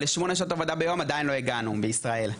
אבל לשמונה שעות עבודה ביום עדיין לא הגענו כאן בישראל.